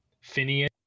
Phineas